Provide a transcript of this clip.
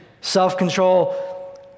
self-control